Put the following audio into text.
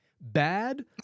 Bad